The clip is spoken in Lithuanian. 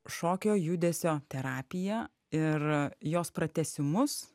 šokio judesio terapiją ir jos pratęsimus